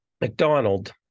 McDonald